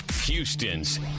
Houston's